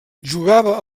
jugava